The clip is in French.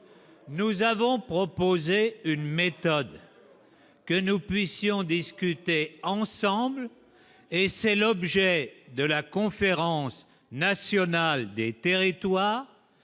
nous avons proposé une méthode que nous puissions discuter ensemble et c'est l'objet de la conférence nationale des territoires